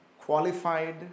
qualified